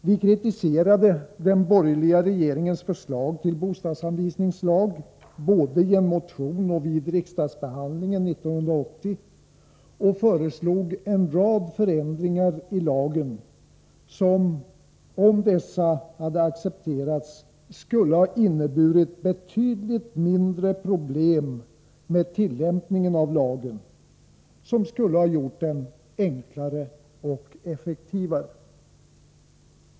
Vi kritiserade den borgerliga regeringens förslag till bostadsanvisningslag, både i en motion och vid riksdagsbehandlingen 1980, och föreslog en rad förändringar i lagen, som, om dessa hade accepterats, skulle ha inneburit betydligt mindre problem med tillämpningen av lagen — skulle ha gjort den enklare och effektivare.